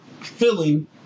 filling